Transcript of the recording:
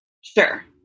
Sure